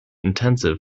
intensive